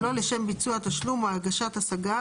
שלא לשם ביצוע התשלום או הגשת השגה,